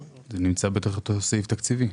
זה נמצא בתוך אותו סעיף תקציבי.